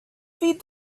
feed